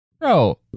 bro